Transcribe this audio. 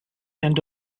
end